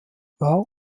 warum